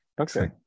okay